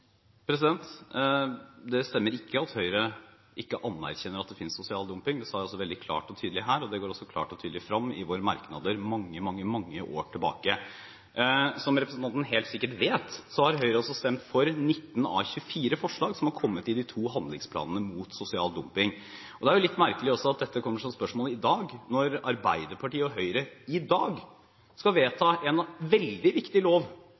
arbeidsvilkår? Det stemmer ikke at Høyre ikke anerkjenner at det finnes sosial dumping. Det sa jeg veldig klart og tydelig her, og det har også veldig klart og tydelig gått fram i våre merknader mange, mange, mange år tilbake. Som representanten helt sikkert vet, har Høyre også stemt for 19 av 24 forslag som har kommet i de to handlingsplanene mot sosial dumping. Det er litt merkelig at dette kommer som spørsmål i dag, når Arbeiderpartiet og Høyre i dag skal vedta en veldig viktig lov,